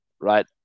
right